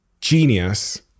genius